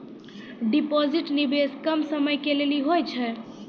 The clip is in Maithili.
डिपॉजिट निवेश कम समय के लेली होय छै?